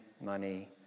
money